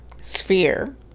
Sphere